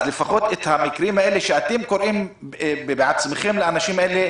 אז לפחות במקרים האלה שאתם בעצמכם קוראים לאנשים האלה,